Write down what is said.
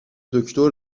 دکتر